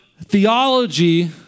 theology